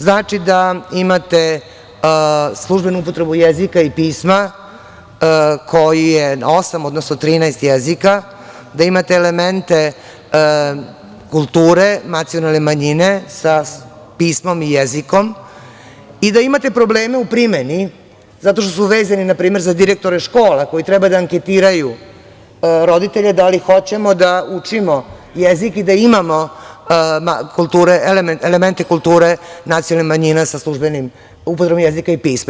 Znači da imate službenu upotrebu jezika i pisma koje je na osam, odnosno 13 jezika, da imate elemente kulture nacionalne manjine sa pismom i jezikom i da imate probleme u primeni zato što su vezani npr. za direktore škola koji treba da anketiraju roditelje da li hoćemo da učimo jezik i da imamo elemente kulture nacionalnih manjina sa službenom upotrebom jezika i pisma.